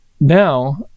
now